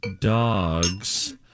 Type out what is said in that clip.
dogs